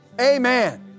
Amen